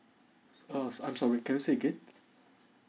err I'm sorry can you say again